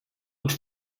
was